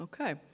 Okay